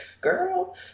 girl